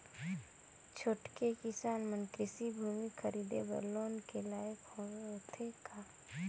छोटके किसान मन कृषि भूमि खरीदे बर लोन के लायक होथे का?